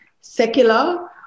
secular